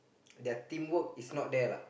their teamwork is not there lah